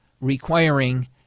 requiring